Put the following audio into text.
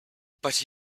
but